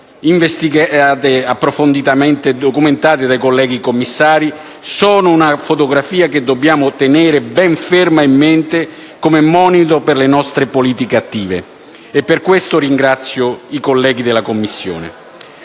investigate approfonditamente e documentate dai colleghi commissari, sono una fotografia che dobbiamo tenere ben ferma in mente come monito per le nostre politiche attive: per questo voglio ringraziare i colleghi della Commissione.